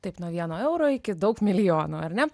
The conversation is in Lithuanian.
taip nuo vieno euro iki daug milijonų ar ne